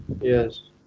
Yes